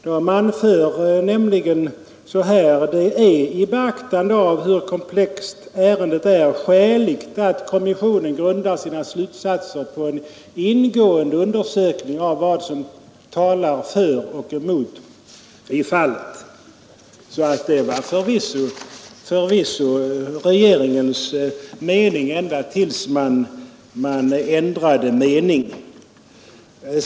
Den anför nämligen att ”det är — i beaktande av hur komplext ärendet är — skäligt att Kommissionen grundar sina slutsatser på en ingående undersökning av vad som talar för och emot i fallet”. Det var förvisso regeringens mening — ända tills den ändrade mening.